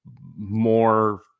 more